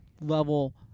level